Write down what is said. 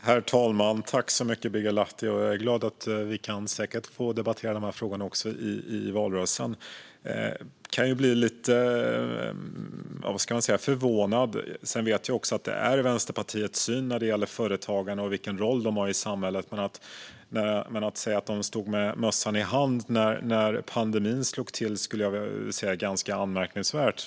Herr talman! Jag är glad att vi kan debattera de här frågorna också i valrörelsen. Jag blir lite förvånad. Jag vet att det är Vänsterpartiets syn när det gäller företag och vilken roll de har i samhället, men att säga att de stod med mössan i hand när pandemin slog till skulle jag säga är ganska anmärkningsvärt.